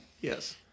Yes